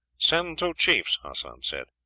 send to chiefs, hassan said.